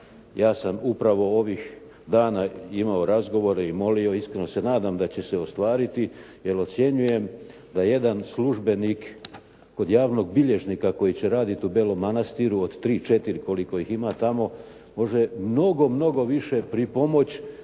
Ja sam upravo ovih dana imao razgovore i molio, iskreno se nadam da će se ostvariti jer ocjenjujem da jedan službenik kod javnog bilježnika koji će raditi u Belom Manastiru od 3, 4 koliko ih ima tamo može mnogo, mnogo više pripomoći